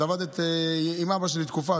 את עבדת עם אבא שלי תקופה,